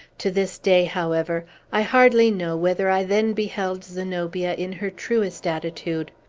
to this day, however, i hardly know whether i then beheld zenobia in her truest attitude,